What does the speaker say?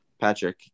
Patrick